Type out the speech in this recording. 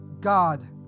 God